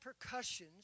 percussions